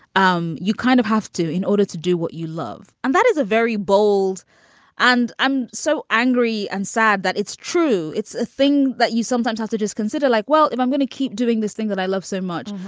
um you kind of have to in order to do what you love. and that is a very bold and i'm so angry and sad that it's true. it's a thing that you sometimes have to just consider like, well, if i'm going to keep doing this thing that i love so much.